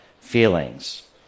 feelings